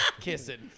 kissing